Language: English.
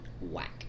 whack